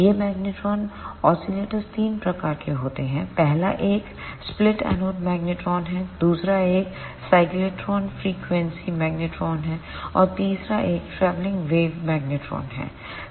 ये magnetron oscillators तीन प्रकार के होते हैं पहला एक स्प्लिट एनोड मैग्नेट्रोन है दूसरा एक साइक्लोट्रॉन फ्रीक्वेंसी मैग्नेट्रोन है और तीसरा एक ट्रैवललिंग वेव मैग्नेट्रोन है